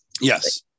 yes